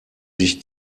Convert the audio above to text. sich